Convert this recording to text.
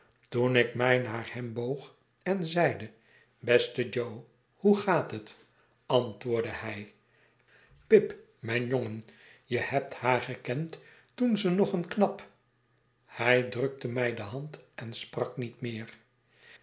toen ik mij naar hem boog en zeide beste jo hoe gaat het antwoordde hij pip mijn jongen je hebt haar gekend toen ze nog een knap hij drukte mij de hand en sprak niet meer